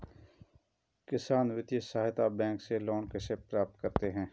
किसान वित्तीय सहायता बैंक से लोंन कैसे प्राप्त करते हैं?